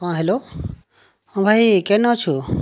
ହଁ ହାଲୋ ହଁ ଭାଇ କେନ୍ ଅଛୁ